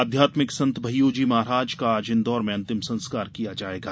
आध्यात्मिक संत भय्यू जी महाराज का आज इन्दौर में अंतिम संस्कार किया जायेगा